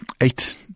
eight